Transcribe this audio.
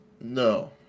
No